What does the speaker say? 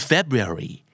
February